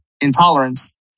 intolerance